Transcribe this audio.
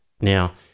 Now